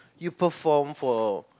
you perform for